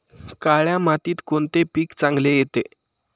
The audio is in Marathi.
काळ्या मातीत कोणते पीक चांगले येते?